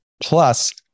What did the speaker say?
Plus